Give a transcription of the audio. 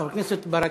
חבר הכנסת ברכה.